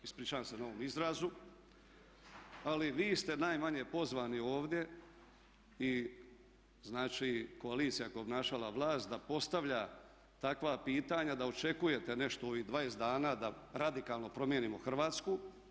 Ispričavam se na ovom izrazu, ali vi ste najmanje pozvani ovdje i znači koalicija koja je obnašala vlast da postavlja takva pitanja da očekujete nešto u ovih 20 dana da radikalno promijenimo Hrvatsku.